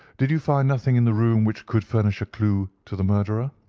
did you find nothing in the room which could furnish a clue to the murderer?